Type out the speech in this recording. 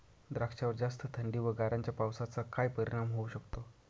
द्राक्षावर जास्त थंडी व गारांच्या पावसाचा काय परिणाम होऊ शकतो?